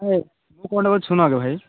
ଓ ମୁଁ କ'ଣଟା କହୁଛି ଶୁଣ ଆଗ ଭାଇ